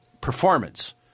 performance